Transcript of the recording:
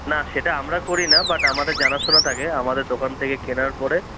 না সেটা আমরা করি না বাট আমাদের জানাশোনা থাকে আমাদের দোকান থেকে কেনার পরে